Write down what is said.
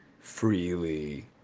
freely